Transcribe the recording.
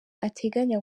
ateganya